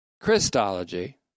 Christology